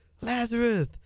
Lazarus